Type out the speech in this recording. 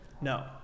No